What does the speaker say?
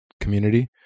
community